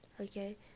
Okay